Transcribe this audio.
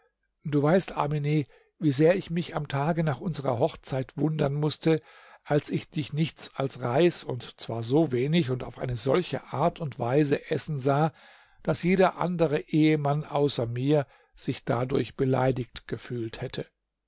du weißt amine wie sehr ich mich am tage nach unserer hochzeit wundern mußte als ich dich nichts als reis und zwar so wenig und auf eine solche art und weise essen sah daß jeder andere ehemann außer mir sich dadurch beleidigt gefühlt hätte